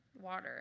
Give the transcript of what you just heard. water